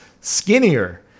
skinnier